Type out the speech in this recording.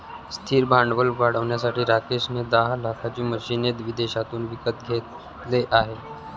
स्थिर भांडवल वाढवण्यासाठी राकेश ने दहा लाखाची मशीने विदेशातून विकत घेतले आहे